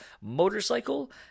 Motorcycle